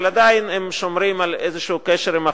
אבל עדיין הם שומרים על איזה קשר עם ה"חמאס",